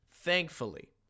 Thankfully